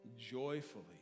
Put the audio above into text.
joyfully